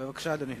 בבקשה, אדוני.